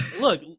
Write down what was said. look